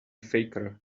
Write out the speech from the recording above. faker